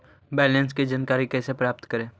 Balance की जानकारी कैसे प्राप्त करे?